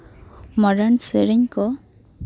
modern ᱥᱮᱨᱮᱧ ᱠᱚ